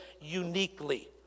uniquely